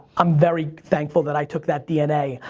i'm very thankful that i took that dna.